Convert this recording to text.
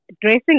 Dressing